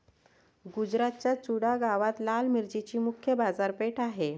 गुजरातच्या चुडा गावात लाल मिरचीची मुख्य बाजारपेठ आहे